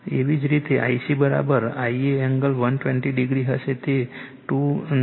એવી જ રીતે Ic Ia angle 120 o હશે તે 297